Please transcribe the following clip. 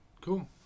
Cool